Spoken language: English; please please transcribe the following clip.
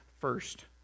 first